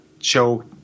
show